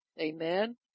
Amen